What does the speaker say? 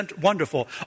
wonderful